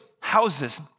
houses